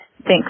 Thanks